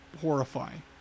horrifying